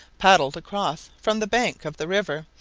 paddled across from the bank of the river,